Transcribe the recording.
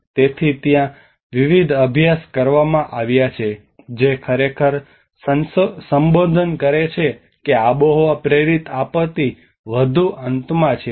તેથી ત્યાં વિવિધ અભ્યાસ કરવામાં આવ્યા છે જે ખરેખર સંબોધન કરે છે કે આબોહવા પ્રેરિત આપત્તિ વધુ અંતમાં છે